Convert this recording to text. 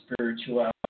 spirituality